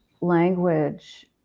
language